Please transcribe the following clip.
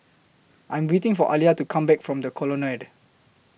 I Am waiting For Aliya to Come Back from The Colonnade